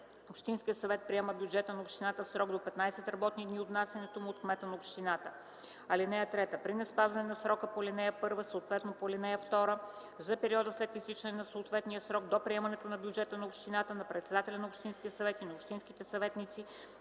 общинският съвет приема бюджета на общината в срок до 15 работни дни от внасянето му от кмета на общината. (3) При неспазване на срока по ал. 1, съответно – по ал. 2, за периода след изтичане на съответния срок до приемането на бюджета на общината, на председателя на общинския съвет и на общинските съветници